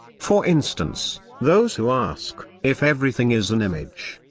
for instance, those who ask, if everything is an image,